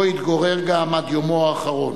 ובו התגורר עד יומו האחרון.